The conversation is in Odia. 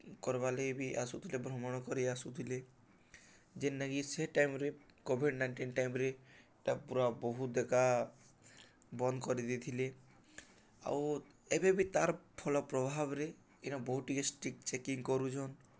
କର୍ବା ଲାଗ ବି ଆସୁଥିଲେ ଭ୍ରମଣ କରି ଆସୁଥିଲେ ଯେନ୍ ନକି ସେ ଟାଇମ୍ରେ କୋଭିଡ଼ ନାଇଣ୍ଟିନ୍ ଟାଇମ୍ରେ ପୁରା ବହୁତଏକା ବନ୍ଦ କରିଦେଇଥିଲେ ଆଉ ଏବେବ ତା'ର୍ ଫଲ ପ୍ରଭାବରେ ଏଇନ୍ ବହୁତ ଟିକେ ଷ୍ଟ୍ରିକ୍ଟ ଚେକିଂ କରୁଛନ୍